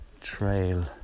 trail